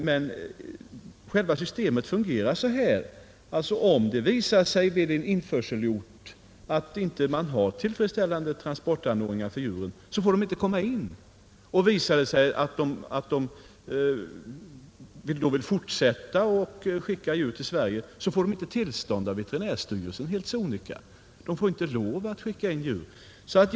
Men själva systemet fungerar på följande sätt: Om det visar sig vid en införselort att det inte finns tillfredsställande transportanordningar för djuren får de inte komma in, och om berörda företag eller personer vill fortsätta att skicka djur till Sverige får de helt sonika inte tillstånd av veterinärstyrelsen. De får inte lov att skicka djur hit.